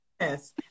Yes